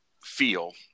feel